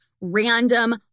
random